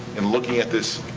in looking at this.